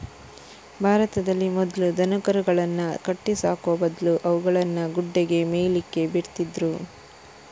ಭಾರತದಲ್ಲಿ ಮೊದ್ಲು ದನಕರುಗಳನ್ನ ಕಟ್ಟಿ ಸಾಕುವ ಬದ್ಲು ಅವುಗಳನ್ನ ಗುಡ್ಡೆಗೆ ಮೇಯ್ಲಿಕ್ಕೆ ಬಿಡ್ತಿದ್ರು